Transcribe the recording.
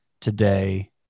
today